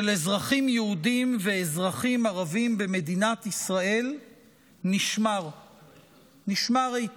אזרחים יהודים ואזרחים ערבים במדינת ישראל נשמר היטב.